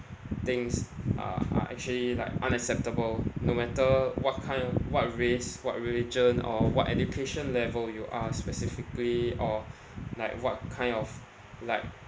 things are are actually like unacceptable no matter what kind of what race what religion or what education level you are specifically or like what kind of like